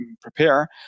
prepare